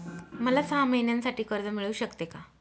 मला सहा महिन्यांसाठी कर्ज मिळू शकते का?